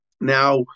Now